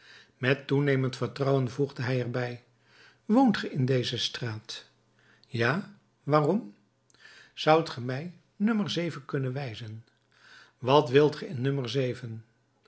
met toenemend vertrouwen voegde hij er bij woont ge in deze straat ja waarom zoudt ge mij no kunnen wijzen wat wilt ge in